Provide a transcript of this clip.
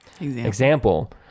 example